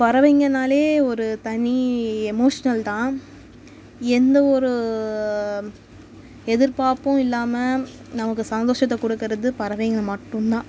பறவைங்கனாலே ஒரு தனி எமோஷனல் தான் எந்த ஒரு எதிர்பார்ப்பும் இல்லாமல் நமக்கு சந்தோஷத்தை கொடுக்கறது பறவைங்கள் மட்டும்தான்